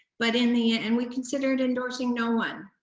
but in the end, and we considered endorsing no one.